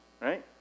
Right